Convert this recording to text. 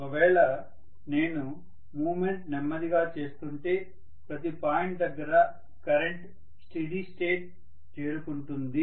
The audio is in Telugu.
ఒకవేళ నేను మూమెంట్ నెమ్మదిగా చేస్తుంటే ప్రతి పాయింట్ దగ్గర కరెంట్ స్టీడి స్టేట్ చేరుకుంటుంది